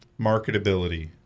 marketability